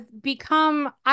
become